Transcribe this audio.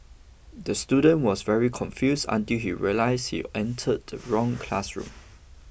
the student was very confuse until he realised he entered the wrong classroom